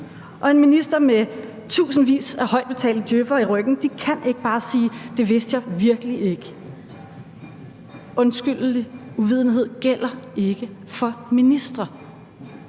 og en minister med tusindvis af højt betalte djøf'ere i ryggen kan ikke bare sige: Det vidste jeg virkelig ikke. Undskyldelig uvidenhed gælder ikke for ministre.